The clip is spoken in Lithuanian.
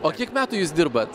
o kiek metų jūs dirbat